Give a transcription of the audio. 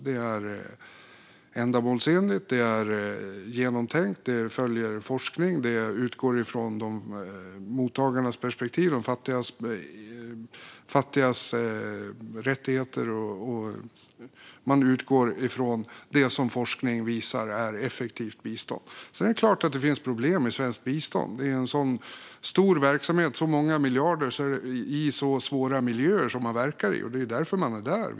Det är ändamålsenligt och genomtänkt, följer forskning och utgår från mottagarnas perspektiv och de fattigas rättigheter. Man utgår från det som forskning visar är effektivt bistånd. Sedan är det klart att det finns problem i svenskt bistånd, en stor verksamhet där många miljarder används i de svåra miljöer man verkar i. Att de är svåra är också skälet till att man är där.